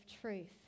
truth